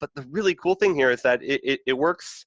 but the really cool thing here is that it works